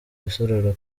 rusororo